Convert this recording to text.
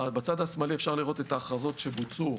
בצד השמאלי אפשר לראות את ההכרזות שבוצעו